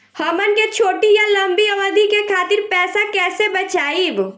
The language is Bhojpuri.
हमन के छोटी या लंबी अवधि के खातिर पैसा कैसे बचाइब?